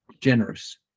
generous